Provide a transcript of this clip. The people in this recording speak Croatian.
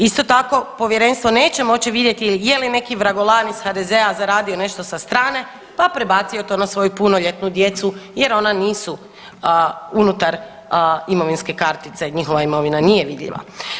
Isto tako, povjerenstvo neće moći vidjeti je li neki vragolan iz HDZ-a zaradio nešto sa strane, pa prebacio to na svoju punoljetnu djecu jer ona nisu unutar imovinske kartice, njihova imovina nije vidljiva.